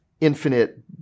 Infinite